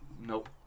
Nope